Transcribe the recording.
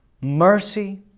mercy